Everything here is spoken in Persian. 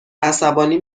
عصبانی